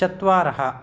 चत्वारः